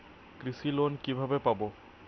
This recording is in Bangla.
কৃষি লোন কিভাবে পাব?